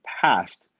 past